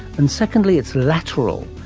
and secondly it's lateral,